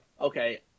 okay –